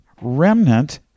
remnant